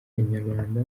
inyarwanda